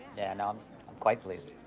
yeah no, i'm quite pleased.